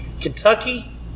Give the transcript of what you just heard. Kentucky